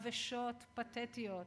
עבשות, פתטיות.